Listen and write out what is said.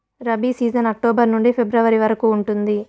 rabi season October నుండి ఫిబ్రవరి వరకు ఉంటుంది